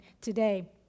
today